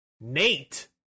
Nate